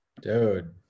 dude